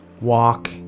walk